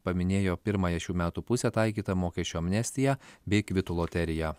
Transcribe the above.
paminėjo pirmąją šių metų pusę taikytą mokesčių amnestiją bei kvitų loteriją